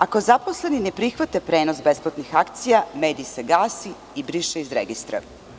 Ako zaposleni ne prihvate prenos besplatnih akcija, medij se gasi i briše iz Registra.